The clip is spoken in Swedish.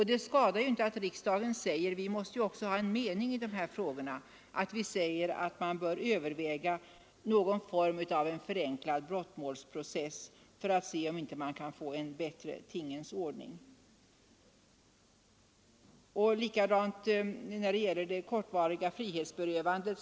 Det skadar inte att riksdagen, som ju också måste ha en mening i dessa frågor, säger att vi bör överväga någon form av förenklad brottmålsprocess för att se om vi inte kan åstadkomma en bättre tingens ordning. Det är samma förhållande med det kortvariga frihetsberövandet.